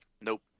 Nope